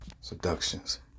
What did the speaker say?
Seductions